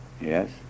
Yes